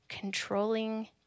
controlling